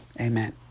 Amen